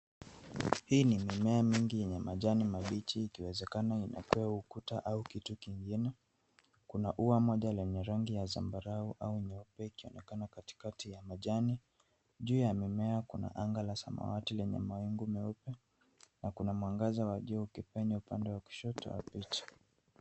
Hii ni mimea mingi yenye majani mabichi ikiwezekana inapewa ukuta au kitu kingine. Kuna ua moja lenye rangi ya zambarau au nyeupe ikionekana katikati ya majani. Juu ya mimea kuna anga la samawati lenye mawingu meupe na kuna mwangaza wa jua ukipenya upande wa kushoto wa picha.